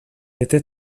était